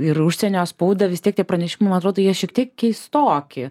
ir užsienio spaudą vis tiek tie pranešimai man atrodo jie šiek tiek keistoki